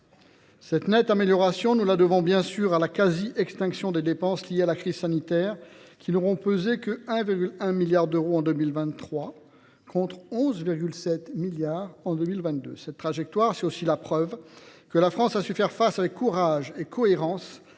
cette nette amélioration, nous la devons, bien sûr, à la quasi extinction des dépenses liées à crise sanitaire, qui n’auront pesé que pour 1,1 milliard d’euros en 2023, contre 11,7 milliards en 2022. Cette trajectoire, c’est aussi la preuve que la France a su faire face avec courage et cohérence